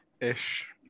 Ish